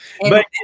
But-